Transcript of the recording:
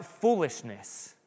foolishness